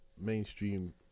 Mainstream